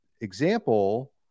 example